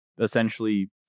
essentially